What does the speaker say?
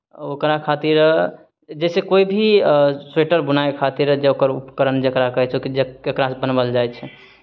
ओकरा खातिर जइसे कोइ भी स्वेटर बुनाइ खातिर जे ओकर उपकरण जकरा कहै छै जकरासँ बनवाओल जाइ छै